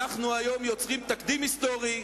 אנחנו היום יוצרים תקדים היסטורי: